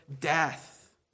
death